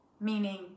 meaning